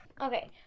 Okay